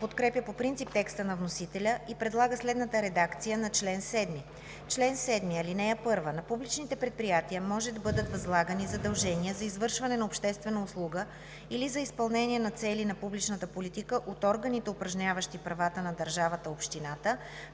подкрепя по принцип текста на вносителя и предлага следната редакция на чл. 7: „Чл. 7. (1) На публичните предприятия може да бъдат възлагани задължения за извършване на обществена услуга или за изпълнение на цели на публичната политика от органите, упражняващи правата на държавата/общината,